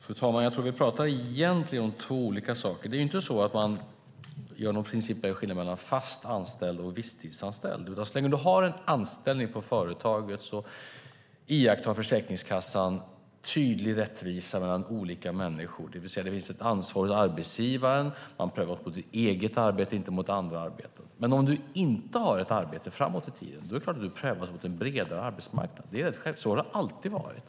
Fru talman! Jag tror att vi egentligen talar om två olika saker. Man gör inte någon principiell skillnad mellan fast anställda och visstidsanställda. Så länge en person har en anställning på företaget iakttar Försäkringskassan tydlig rättvisa mellan olika människor, det vill säga att det finns ett ansvar hos arbetsgivaren. Personen prövas mot det egna arbetet och inte mot andra arbeten. Men om en person inte har ett arbete framåt i tiden är det klart att han eller hon prövas mot en bredare arbetsmarknad. Så har det alltid varit.